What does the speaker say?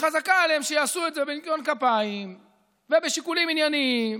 חזקה עליהם שיעשו את זה בניקיון כפיים ובשיקולים ענייניים,